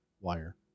wire